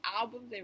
albums